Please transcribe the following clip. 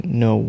no